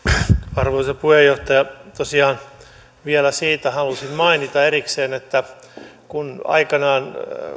arvoisa puhemies tosiaan vielä siitä halusin mainita erikseen että kun aikanaan